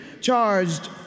charged